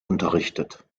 unterrichtet